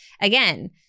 again